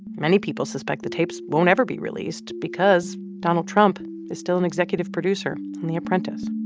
many people suspect the tapes won't ever be released because donald trump is still an executive producer on the apprentice.